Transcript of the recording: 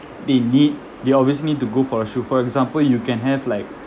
they need you always need to go for a shoe for example you can have like